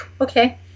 okay